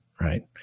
right